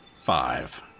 Five